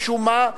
משום מה,